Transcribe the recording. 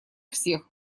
всех